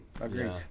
agreed